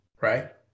right